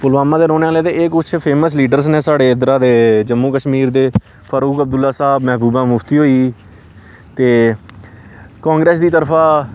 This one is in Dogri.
पुलवामा दे रौह्ने आह्ले ते एह् कुछ फेमस लीडर्स न साढ़े इद्धरा दे जम्मू कश्मीर दे फरूक अब्दुल्ला साह्ब मैहबूबा मुफ्ती होई गेई ते कांग्रेस दी तरफा